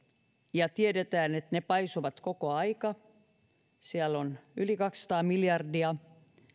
tiedetään että ne paisuvat koko ajan siellä on yli kaksisataa miljardia